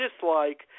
dislike